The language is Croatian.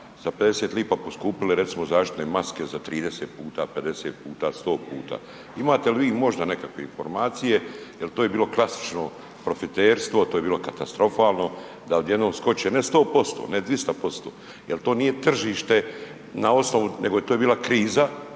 sa 0,50 lipa poskupili recimo zaštitne maske za 30 puta, 50 puta, 100 puta, imate li vi možda nekakve informacije jel to je bilo klasično profiterstvo, to je bilo katastrofalno da odjednom skoče ne 100%, ne 200% jel to nije tržište na osnovu nego je to bila kriza.